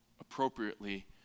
appropriately